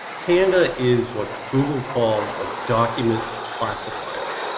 panda is what google calls a document classifier,